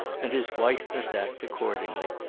and his wife must act accordingly.